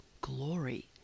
glory